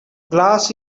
glass